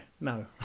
no